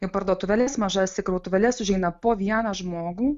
į parduotuvėles į mažas krautuvėles užeina po vieną žmogų